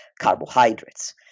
carbohydrates